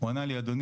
הוא ענה לי 'אדוני,